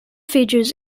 features